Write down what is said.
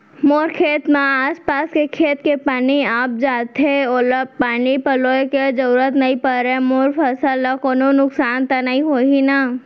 मोर खेत म आसपास के खेत के पानी आप जाथे, मोला पानी पलोय के जरूरत नई परे, मोर फसल ल कोनो नुकसान त नई होही न?